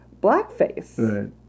blackface